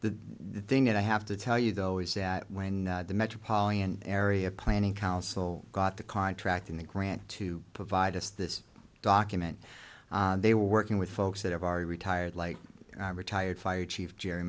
the thing that i have to tell you though is that when the metropolitan area planning council got the contract in the grant to provide us this document they were working with folks that are retired like retired fire chief gerry